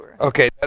Okay